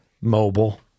mobile